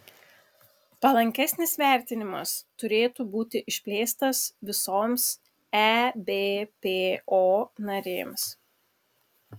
palankesnis vertinimas turėtų būti išplėstas visoms ebpo narėms